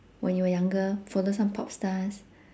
when you were younger follow some pop stars